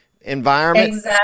environment